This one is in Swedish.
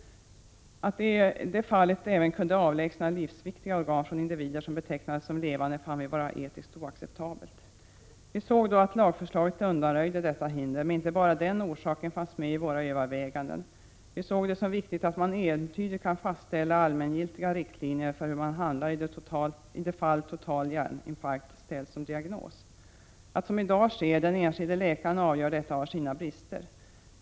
Att i det fallet även kunna avlägsna livsviktiga organ från individer som betecknades som levande, fann vi vara etiskt oacceptabelt. Vi såg då att man i och med detta lagförslag skulle undanröja detta hinder. Men inte bara den orsaken fanns med i våra överväganden. Vi såg det som viktigt att entydigt kunna fastställa allmängiltiga riktlinjer för hur man skall handla i de fall total hjärninfarkt ställts som diagnos. Att, som i dag sker, den enskilde läkaren avgör detta, har sina brister.